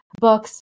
books